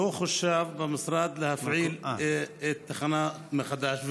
האם לא חושב המשרד להפעיל את התחנה מחדש?